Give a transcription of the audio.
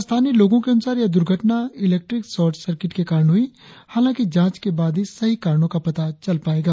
स्थानीय लोगों के अनुसार यह दुर्घटना इलेक्ट्रिक शॉर्ट सर्किट के कारण हुई हालांकि जांच के बाद ही सही कारणों का पता चल पायेगा